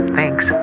Thanks